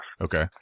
Okay